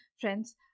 Friends